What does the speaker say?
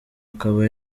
akaba